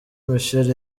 michel